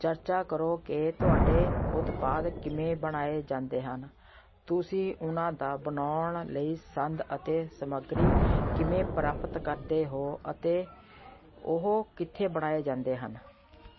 ਚਰਚਾ ਕਰੋ ਕਿ ਤੁਹਾਡੇ ਉਤਪਾਦ ਕਿਵੇਂ ਬਣਾਏ ਜਾਂਦੇ ਹਨ ਤੁਸੀਂ ਉਹਨਾਂ ਦਾ ਬਣਾਉਣ ਲਈ ਸੰਦ ਅਤੇ ਸਮੱਗਰੀ ਕਿਵੇਂ ਪ੍ਰਾਪਤ ਕਰਦੇ ਹੋ ਅਤੇ ਉਹ ਕਿੱਥੇ ਬਣਾਏ ਜਾਂਦੇ ਹਨ